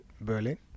Berlin